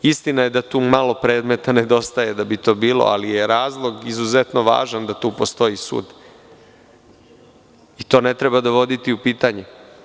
Istina je da tu malo predmeta nedostaje da bi to bilo, ali je razlog izuzetno važan da tu postoji sud, i to ne treba dovoditi u pitanje.